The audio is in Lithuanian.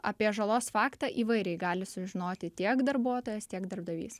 apie žalos faktą įvairiai gali sužinoti tiek darbuotojas tiek darbdavys